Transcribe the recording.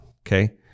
okay